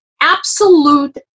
absolute